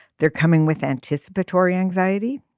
they're coming with anticipatory anxiety.